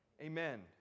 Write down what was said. amen